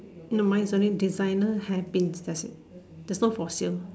no mine is only designer hair pin that's it there's no for sale